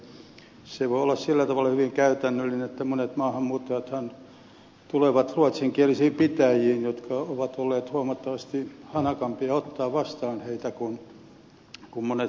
se voi olla sillä tavalla hyvin käytännöllinen että monet maahanmuuttajathan tulevat ruotsinkielisiin pitäjiin jotka ovat olleet huomattavasti hanakampia ottamaan vastaan heitä kuin monet suomenkieliset